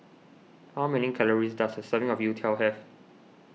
how many calories does a serving of Youtiao have